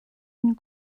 and